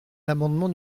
l’amendement